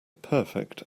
perfect